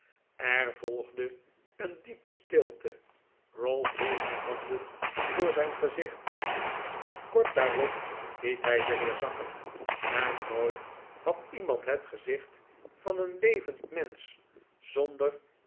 er volgde een diepe stilte ralph hield zijn handen voor zijn gezicht kort daarop liet hij ze weer zakken en nooit had iemand het gezicht van een levend mensch zonder